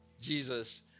Jesus